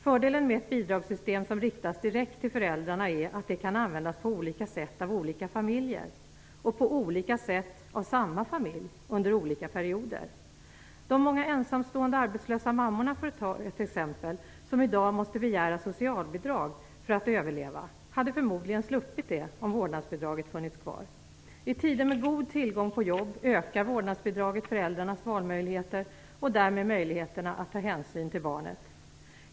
Fördelen med ett bidragssystem som riktas direkt till föräldrarna är att det kan användas på olika sätt av olika familjer och på olika sätt av samma familj under olika perioder. De många ensamstående arbetslösa mammorna, för att ta ett exempel, som i dag måste begära socialbidrag för att överleva, hade förmodligen sluppit det om vårdnadsbidraget funnits kvar. I tider med god tillgång på jobb ökar vårdnadsbidraget föräldrarnas valmöjligheter och därmed möjligheterna att ta hänsyn till barnet.